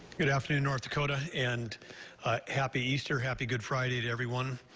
good afternoon, north dakota and happy easter, happy good friday to everyone.